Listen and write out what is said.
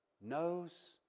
knows